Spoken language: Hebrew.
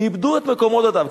איבדו את מקום עבודתם,